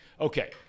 Okay